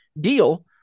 deal